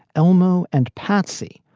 elmo and patsy.